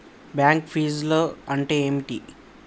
Bank ఫీజ్లు అంటే ఏమిటి?